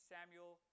Samuel